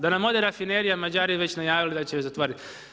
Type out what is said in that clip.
Da nam ode rafinerija, Mađari već najavili da će zatvoriti.